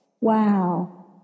Wow